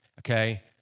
Okay